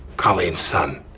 colleen's son.